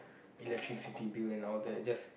electricity bill and all that just